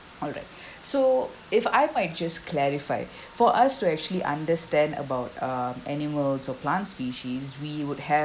alright so if I might just clarify for us to actually understand about uh animals or plant species we would have